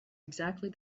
exactly